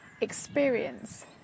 experience